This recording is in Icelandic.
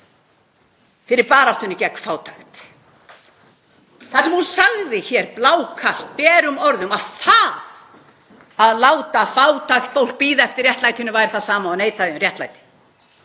fyrir baráttunni gegn fátækt. Það sem hún sagði hér blákalt, berum orðum, var að það að láta fátækt fólk bíða eftir réttlætinu væri það sama og að neita því um réttlæti.